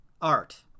art